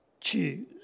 choose